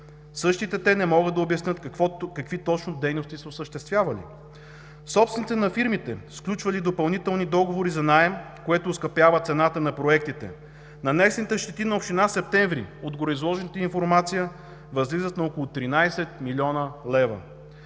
Същите те не могат да обяснят какви точно дейности са осъществявали. Собствениците на фирмите са сключвали допълнителни договори за наем, което оскъпява цената на проектите. Нанесените щети на община Септември от гореизложената информация възлизат на около 13 млн. лв.